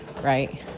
right